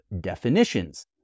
definitions